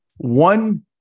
One